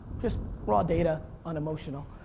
just raw data, unemotional.